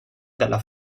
dalla